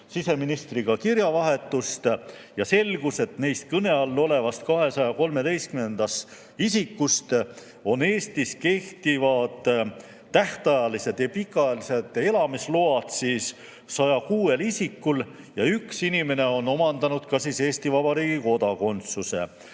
siseministriga kirjavahetust. Selgus, et neist kõne all olevast 213 isikust on Eestis kehtiv tähtajaline või pikaajaline elamisluba 106 isikul ja üks inimene on omandanud ka Eesti Vabariigi kodakondsuse.